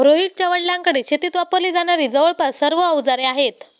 रोहितच्या वडिलांकडे शेतीत वापरली जाणारी जवळपास सर्व अवजारे आहेत